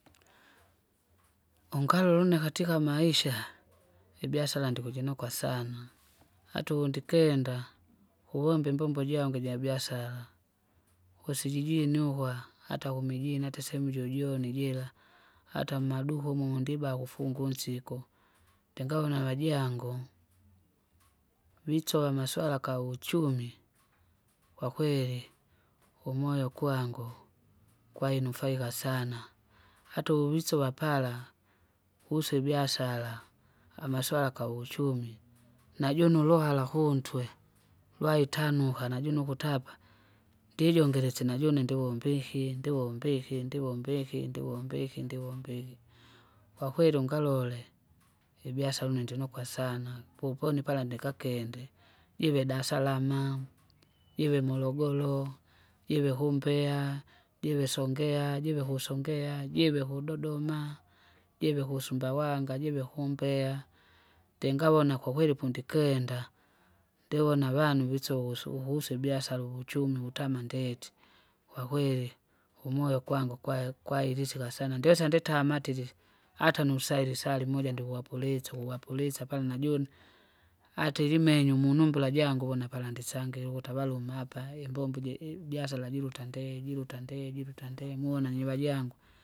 Ungalole une katika Maisha, ibyasala ndikujinuka sana, atauvundikenda, kuvomba imbombo jangu ijabiasara, kusijijini ukwa hata kumijini ata sehemu jojoni jira, ata mmaduka umumo ndiba kufunga unsiko, ndingavona avajango. Visova amaswala kauchumi, kwkweli, umoyo kwangu, kwainufaika sana, ata uvuvisuva pala, husa ibiasara, amaswala kauchumi. najune uluhala kuntwe, lwaitanuka najune ukutapa? Ndijongelese najune ndovombihi ndivombihi ndivombihi ndivombihi ndivombihi. Kwakeli ungalole, ibiasala une ndinuka sana poponi pala ndikakende; jive Dasalama, jive Morogoro, jive kumbeya, jive Songea, jive kusongea, jive kudodoma, jive kusumbawanga, jive kumbeya. Ndingavona kwakweli pundikenda, ndivona avanu vise wusu ukuhusu ibiasara uvuchumi vutama ndeti. Kwakweli, umoyo kwangu kwai- kwairisika sana ndesa nditamatilile, ata nusaili saa limoja ndiwapulisa uwapulisa pala najone, ata ilimenyu umunumbula jangu vona pala ndisanngile ukuti avaluma apa imbombo iji- ibiasara jiruta ndee jiruta ndee jiruta ndee mona nyiwa jangu.